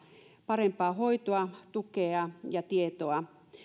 parempaa hoitoa tukea ja tietoa